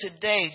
today